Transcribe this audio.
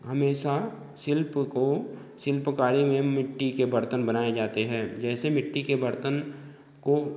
हमेशा शिल्प को शिल्पकारी में मिट्टी के बर्तन बनाए जाते हैं जैसे मिट्टी के बर्तन को